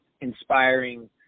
inspiring